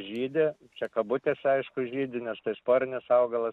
žydi čia kabutėse aišku žydi nes tai sporinis augalas